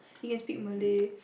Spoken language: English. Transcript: he can speak Malay